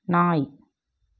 நாய்